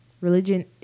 Religion